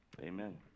Amen